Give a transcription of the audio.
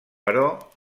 però